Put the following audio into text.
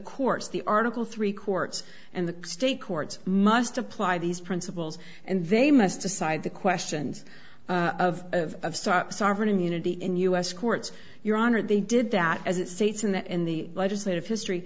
courts the article three courts and the state courts must apply these principles and they must decide the questions of of of start sovereign immunity in u s courts your honor they did that as it states in the in the legislative history